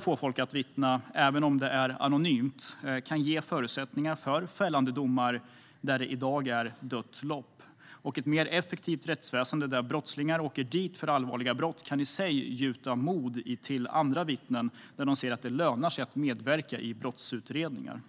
få folk att börja vittna, även om det är anonymt, kan leda till förutsättningar för fällande domar där det i dag är dött lopp. Och ett mer effektivt rättsväsen, där brottslingar åker dit för allvarliga brott, kan i sig gjuta mod i andra vittnen när de ser att det lönar sig att medverka i brottsutredningar.